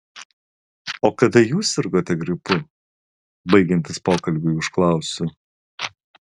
o kada jūs sirgote gripu baigiantis pokalbiui užklausiu